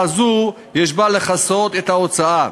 העלאה זו, יש בה כדי לכסות את ההוצאה.